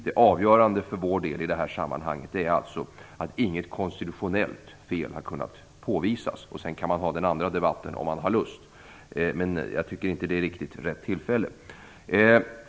Det avgörande för Folkpartiets del är att inget konstitutionellt fel har kunnat påvisas. Den andra debatten kan man föra om man har lust, men jag tycker inte att detta är riktigt rätt tillfälle.